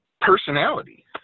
personality